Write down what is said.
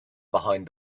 behind